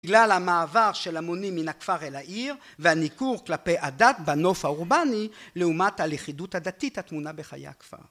בגלל המעבר של המונים מן הכפר אל העיר והניכור כלפי הדת בנוף האורבני לעומת הלכידות הדתית התמונה בחיי הכפר.